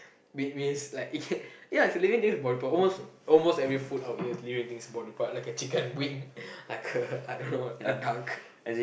that means like it can yeah if living thing is a body part almost almost every food out here is living things body part like a chicken wing like a I don't know a duck